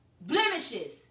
Blemishes